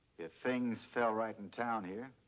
if things felt right in town here.